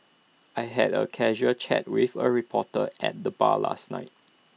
I had A casual chat with A reporter at the bar last night